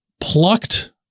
plucked